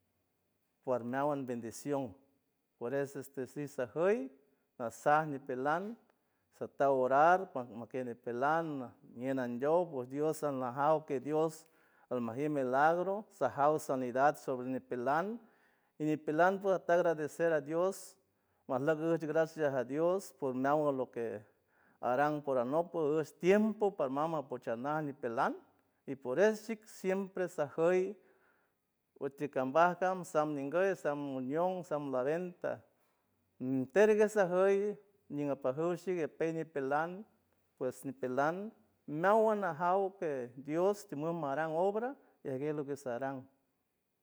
Fuornadiaus bendición pores es is ajius nasa nipelan sataur orar pornoquier nipelana ñienandoy bosandios sandajauque que dios almajir milagro sajaus sonidat sornipelaur ne ni pelaudouta agradecer a dios mas lot luye gracias adios porniagolo que aran por anapop lush tiempo parmamo porchanar nipelan y por esi siempre sajoy utrcambayque san miguel san unión san la venta todas esas horas nin apajushgui peiñe ni pelauj pues nipeland meagua majiart que dios timun maram obra de aquel usaran